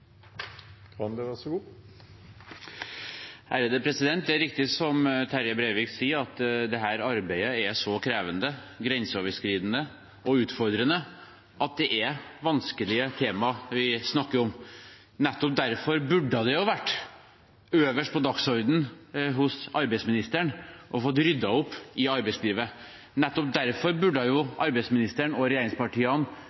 så krevende, grenseoverskridende og utfordrende at det er vanskelige tema vi snakker om. Nettopp derfor burde det å få ryddet opp i arbeidslivet ha vært øverst på dagsordenen hos arbeidsministeren, og nettopp derfor burde arbeidsministeren og regjeringspartiene ha tatt initiativ for å samle Stortinget om noen tiltak. Derfor